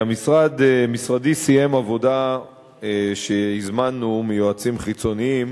משרדי סיים עבודה שהזמנו מיועצים חיצוניים